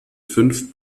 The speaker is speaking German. fünf